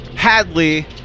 Hadley